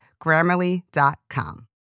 Grammarly.com